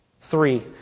Three